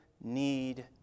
need